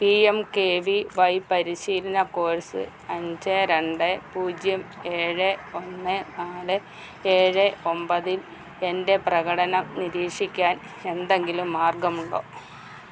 P M K V Y പരിശീലന course അഞ്ച് രണ്ട് പൂജ്യം ഏഴ് ഒന്ന് നാല് ഏഴ് ഒമ്പതില് എൻ്റെ പ്രകടനം നിരീക്ഷിക്കാൻ എന്തെങ്കിലും മാർഗമുണ്ടോ